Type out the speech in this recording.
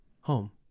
Home